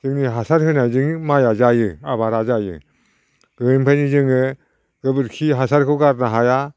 जोंनि हासार होनायजोंनो माइआ जायो आबादा जायो गोदोनिफायनो जोङो गोबोरखि हासारखौ गारनो हाया